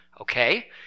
okay